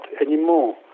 anymore